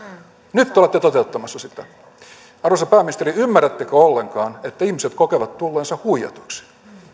nyt te olette toteuttamassa sitä arvoisa pääministeri ymmärrättekö ollenkaan että ihmiset kokevat tulleensa huijatuiksi